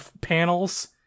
panels